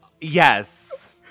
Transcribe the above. yes